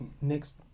next